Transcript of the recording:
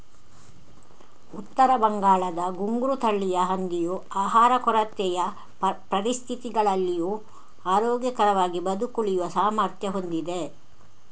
ಉತ್ತರ ಬಂಗಾಳದ ಘುಂಗ್ರು ತಳಿಯ ಹಂದಿಯು ಆಹಾರ ಕೊರತೆಯ ಪರಿಸ್ಥಿತಿಗಳಲ್ಲಿಯೂ ಆರೋಗ್ಯಕರವಾಗಿ ಬದುಕುಳಿಯುವ ಸಾಮರ್ಥ್ಯ ಹೊಂದಿದೆ